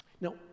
Now